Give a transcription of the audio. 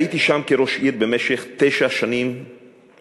הייתי שם כראש עיר במשך תשע השנים החולפות.